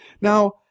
Now